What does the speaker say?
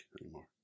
anymore